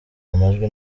amajwi